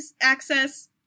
access